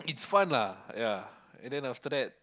it's fun lah ya and then after that